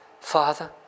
Father